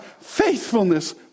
faithfulness